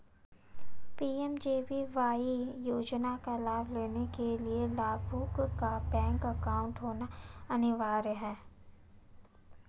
PMJBY योजना का लाभ लेने के लिया लाभुक का बैंक अकाउंट होना अनिवार्य है